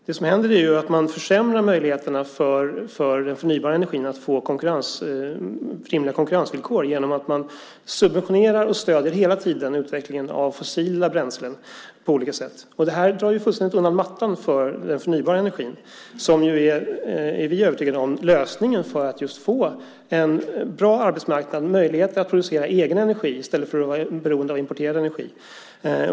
Vad som händer är att möjligheterna försämras för den förnybara energin att få rimliga konkurrensvillkor genom att man hela tiden subventionerar och stöder utvecklingen av fossila bränslen. Det drar fullständigt undan mattan för den förnybara energin, som vi är övertygade om är lösningen för att få en bra arbetsmarknad och möjligheter att producera egen energi i stället för att vara beroende av importerad energi.